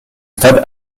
stade